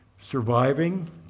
surviving